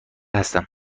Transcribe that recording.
هستم